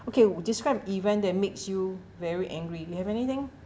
okay describe an event that makes you very angry you have anything